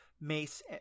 Mace –